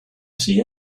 see